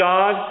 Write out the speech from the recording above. God